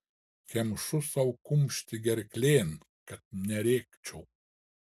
kemšu sau kumštį gerklėn kad nerėkčiau